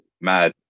mad